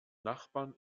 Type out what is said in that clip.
nachbarn